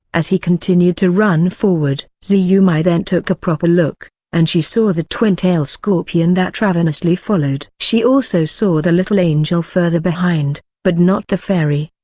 as he continued to run forward. zhou yumei then took a proper look, and she saw the twin-tail scorpion that ravenously followed. she also saw the little angel further behind, but not the fairy.